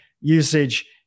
usage